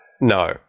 No